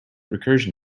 recursion